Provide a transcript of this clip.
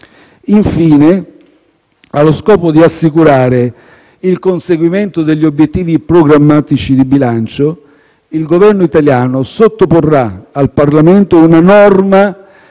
Infine, allo scopo di assicurare il conseguimento degli obiettivi programmatici di bilancio, il Governo italiano sottoporrà al Parlamento una norma